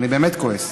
אני באמת כועס.